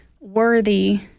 worthy